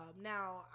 Now